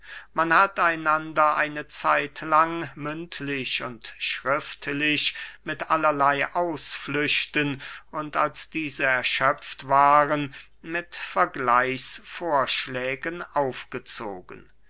man hat einander eine zeitlang mündlich und schriftlich mit allerley ausflüchten und als diese erschöpft waren mit vergleichungsvorschlägen aufgezogen